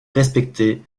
respecté